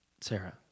Sarah